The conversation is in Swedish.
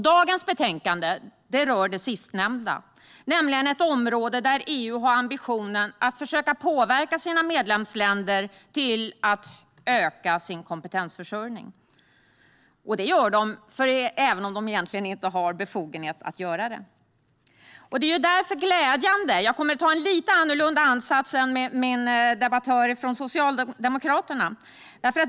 Dagens betänkande rör det sistnämnda, nämligen ett område där EU har ambitionen att försöka påverka medlemsländerna att öka sin kompetensförsörjning. Det gör de även om de egentligen inte har befogenhet till det. Jag kommer att ha en lite annorlunda ansats än min debattör från Socialdemokraterna.